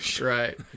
right